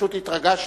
פשוט התרגשתי.